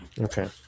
Okay